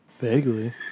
Vaguely